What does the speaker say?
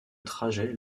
trajet